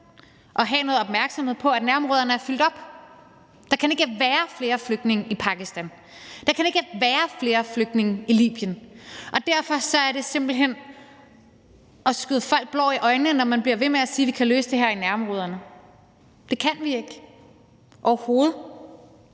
noget opmærksomhed på, at nærområderne er fyldt op. Der kan ikke være flere flygtninge i Pakistan. Der kan ikke være flygtninge i Libyen. Og derfor er det simpelt hen at stikke folk blår i øjnene, når man bliver ved med at sige, at vi kan løse det her i nærområderne. Det kan vi ikke, overhovedet